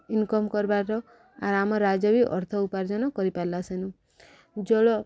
income କର୍ବାର ଆର୍ ଆମ ରାଜ୍ୟ ବି ଅର୍ଥ ଉପାର୍ଜନ କରିପାରିଲା ସେନୁ ଜଳ